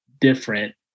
different